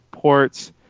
ports